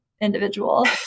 individual